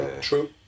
True